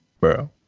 bro